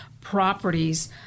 properties